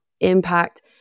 Impact